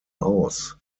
aus